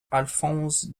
alphonse